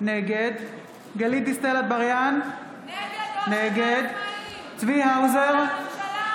נגד גלית דיסטל אטבריאן, נגד צבי האוזר,